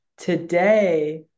Today